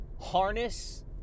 harness